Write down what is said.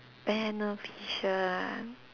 beneficial ah